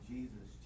Jesus